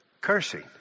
Cursing